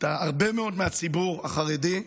הרבה מאוד מהציבור החרדי,